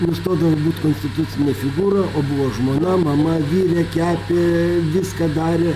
nustodavo būt konstitucinė figūra o buvo žmona mama virė kepė viską darė